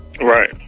Right